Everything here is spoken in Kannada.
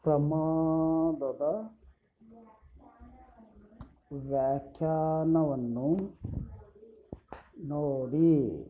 ಪ್ರಮಾದದ ವ್ಯಾಖ್ಯಾನವನ್ನು ನೋಡಿ